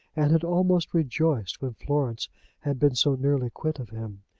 and had almost rejoiced when florence had been so nearly quit of him.